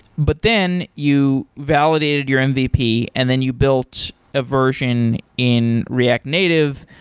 but then you validated your mvp and then you built a version in react native.